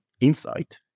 insight